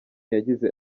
yagize